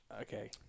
Okay